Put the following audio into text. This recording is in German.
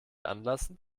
anlassen